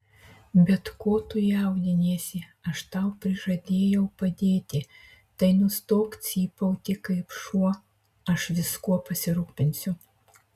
bet ko tu jaudiniesi aš tau prižadėjau padėti tai nustok cypauti kaip šuo aš viskuo pasirūpinsiu